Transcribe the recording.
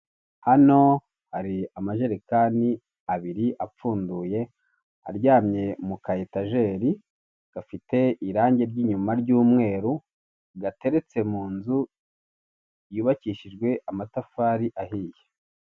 Hano hari amajerekani abiri apfunduye aryamye mu kaetajeri, gafite irangi ry'inyuma ry'umweru, gateretse mu nzu yubakishijwe amatafari ahiye.